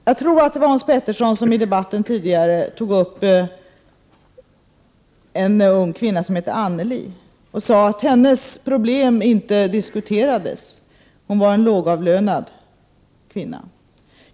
Jag tror att det var Hans Petersson som tidigare i debatten talade om en ung kvinna som hette Anneli. Han sade att hennes problem inte diskuterades — hon var en lågavlönad kvinna.